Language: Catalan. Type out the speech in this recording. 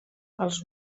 els